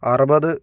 അറുപത്